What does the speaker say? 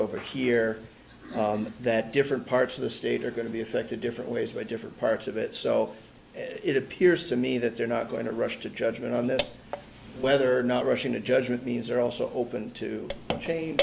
over here that different parts of the state are going to be affected different ways by different parts of it so it appears to me that they're not going to rush to judgment on this whether or not rushing to judgment means they're also open to change